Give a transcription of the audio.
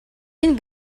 энэ